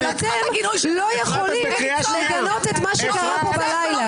אבל אתם לא יכולים לגנות מה שקרה בלילה.